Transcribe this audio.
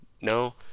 no